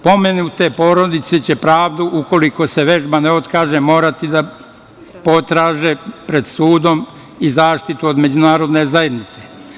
Pomenute porodice će pravdu ukoliko se vežba ne otkaže morati da potraže pred sudom i zaštitu od međunarodne zajednice.